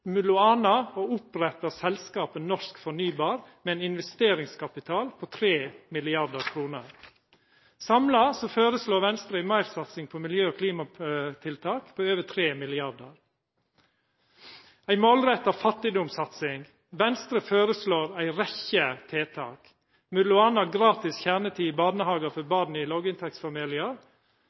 m.a. å oppretta selskapet norsk fornybar med ein investeringskapital på 3 mrd. kr. Samla føreslår Venstre ei meirsatsing på miljø- og klimatiltak på over 3 mrd. kr. Ei målretta fattigdomssatsing: Venstre føreslår ei rekkje tiltak, m.a. gratis kjernetid i barnehagar for barn i